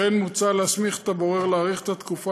כמו כן מוצע להסמיך את הבורר להאריך את התקופה